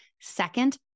Second